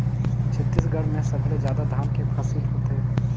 छत्तीसगढ़ में सबले जादा धान के फसिल होथे